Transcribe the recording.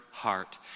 heart